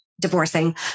divorcing